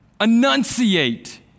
Enunciate